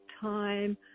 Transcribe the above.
time